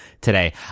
today